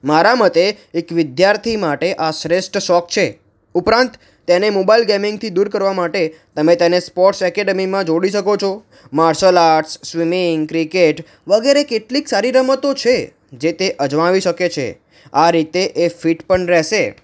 મારા મતે એક વિદ્યાર્થી માટે આ શ્રેષ્ઠ શોખ છે ઉપરાંત તેને મોબાઇલ ગેમિંગથી દૂર કરવા માટે તમે તેને સ્પોર્ટ્સ એકેડમીમાં જોડી શકો છો માર્શલ આર્ટ્સ સ્વિમિંગ ક્રિકેટ વગેરે કેટલીક સારી રમતો છે જે તે અજમાવી શકે છે આ રીતે એ ફિટ પણ રહેશે